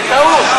תעשה לי טובה,